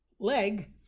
leg